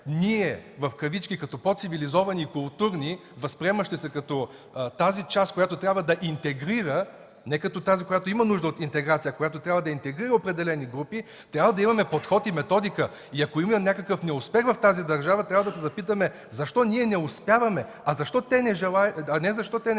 че ние като „по-цивилизовани и културни”, възприемащи се като тази част, която трябва да интегрира, не като тази, която има нужда от интеграция, а която трябва да интегрира определени групи, трябва да имаме подход и методика. Ако имаме някакъв неуспех в тази държава, трябва да се запитаме защо не успяваме, а не защо те не желаят